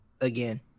Again